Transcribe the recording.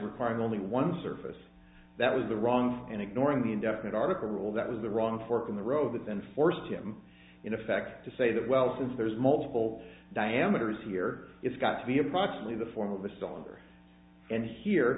requiring only one surface that was the wrong and ignoring the indefinite article that was the wrong fork in the road that then forced him in effect to say that well since there's multiple diameters here it's got to be approximately the form of the cylinder and here